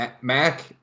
Mac